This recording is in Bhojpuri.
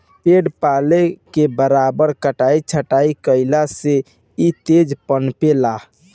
पेड़ पालो के बराबर कटाई छटाई कईला से इ तेज पनपे ला